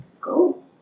go